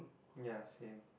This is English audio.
ya same